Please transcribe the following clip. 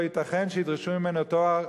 לא ייתכן שידרשו ממנו תואר